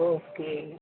okay